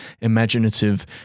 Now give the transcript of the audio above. imaginative